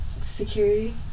Security